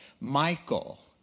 michael